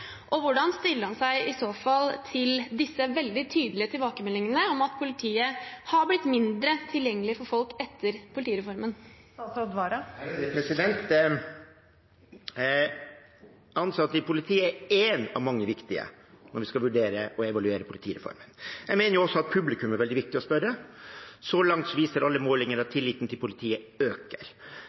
Og hvordan stiller han seg i så fall til disse veldig tydelige tilbakemeldingene om at politiet er blitt mindre tilgjengelig for folk etter politireformen? Jeg anser at politiet er én av mange viktige når vi skal vurdere og evaluere politireformen. Jeg mener også at publikum er veldig viktig å spørre. Så langt viser alle målinger at tilliten til politiet øker.